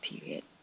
period